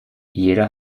jeder